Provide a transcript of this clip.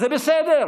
זה בסדר.